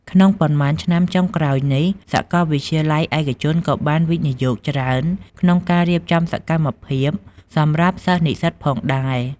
ក្នុងប៉ុន្មានឆ្នាំចុងក្រោយនេះ សាកលវិទ្យាល័យឯកជនក៏បានវិនិយោគច្រើនក្នុងការរៀបចំសកម្មភាពសម្រាប់សិស្សនិស្សិតផងដែរ។